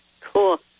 Cool